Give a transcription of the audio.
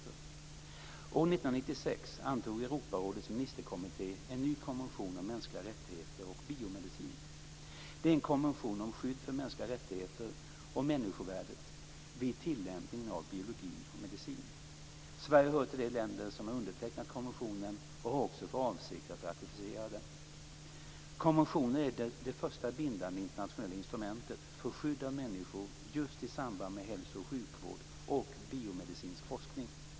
År 1996 antog Europarådets ministerkommitté en ny konvention om mänskliga rättigheter och biomedicin. Det är en konvention om skydd för mänskliga rättigheter och människovärdet vid tillämpningen av biologi och medicin. Sverige hör till de länder som undertecknat konventionen och har också för avsikt att ratificera den. Konventionen är det första bindande internationella instrumentet för skydd av människor just i samband med hälso och sjukvård och biomedicinsk forskning.